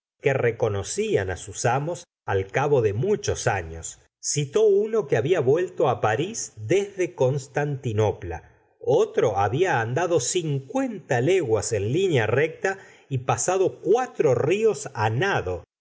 que reconocían sus amos al cabo de muchos años citó uno que había vuelto paris desde constantinopla otro había andado cincuenta leguas en linea recta y pasado cuatro ríos nado